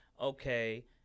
okay